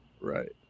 Right